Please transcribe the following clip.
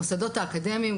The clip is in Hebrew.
המוסדות האקדמיים,